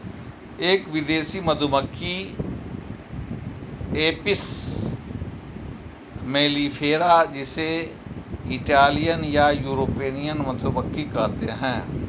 एक विदेशी मधुमक्खी एपिस मेलिफेरा जिसे इटालियन या यूरोपियन मधुमक्खी कहते है